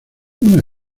una